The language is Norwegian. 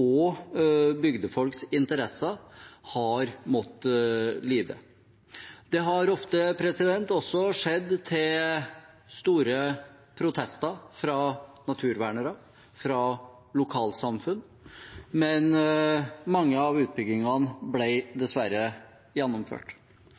og bygdefolks interesser har måttet lide. Det har ofte også skjedd til store protester fra naturvernere og fra lokalsamfunn, men mange av utbyggingene ble dessverre gjennomført.